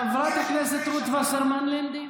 חברת הכנסת רות וסרמן לנדה.